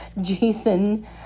Jason